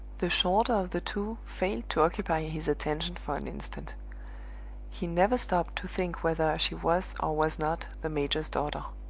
the shorter of the two failed to occupy his attention for an instant he never stopped to think whether she was or was not the major's daughter.